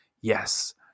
Yes